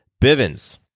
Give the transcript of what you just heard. Bivens